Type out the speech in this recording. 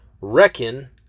reckon